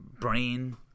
brain